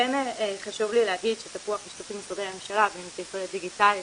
כן חשוב לי להגיד שב'תפוח' משתתפים משרדי הממשלה וישראל דיגיטלית,